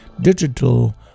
Digital